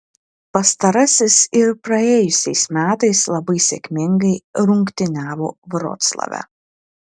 pastarasis ir praėjusiais metais labai sėkmingai rungtyniavo vroclave